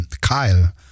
Kyle